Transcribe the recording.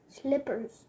Slippers